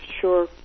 sure